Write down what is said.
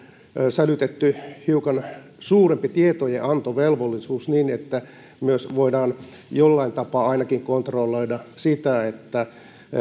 sälytetty hiukan suurempi tietojenantovelvollisuus niin että voidaan ainakin jollain tapaa myös kontrolloida sitä että